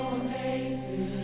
amazing